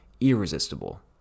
irresistible